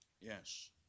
Yes